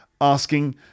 asking